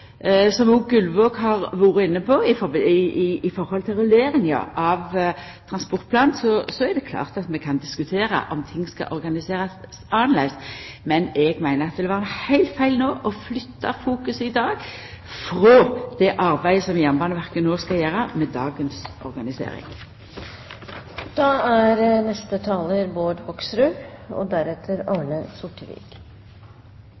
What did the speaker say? som òg Gullvåg har vore inne på: I forhold til rulleringa av transportplanen er det jo klart at vi kan diskutera om ting skal organiserast annleis. Men eg meiner at det var heilt feil å flytta fokus i dag frå det arbeidet som Jernbaneverket no skal gjera med dagens